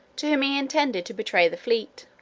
to whom he intended to betray the fleet.